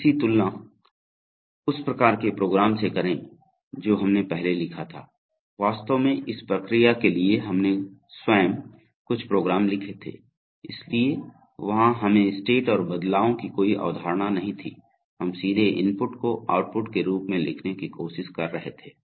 इसकी तुलना उस प्रकार के प्रोग्राम से करें जो हमने पहले लिखा था वास्तव में इस प्रक्रिया के लिए हमने स्वयं कुछ प्रोग्राम लिखे थे इसलिए वहां हमें स्टेट और बदलावों की कोई अवधारणा नहीं थी हम सीधे इनपुट को आउटपुट के रूप में लिखने की कोशिश कर रहे थे